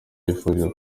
yifuje